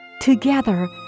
Together